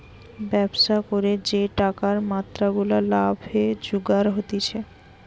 ব্যবসা করে যে টাকার মাত্রা গুলা লাভে জুগার হতিছে